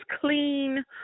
clean